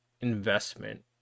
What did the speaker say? investment